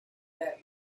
that